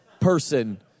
person